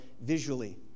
visually